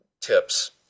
tips